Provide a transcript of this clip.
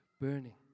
burning